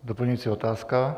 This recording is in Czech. Doplňující otázka?